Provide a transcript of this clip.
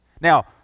Now